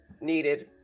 needed